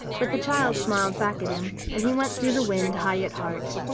but the child smiled back at him, and he went through the wind high at heart.